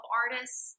artists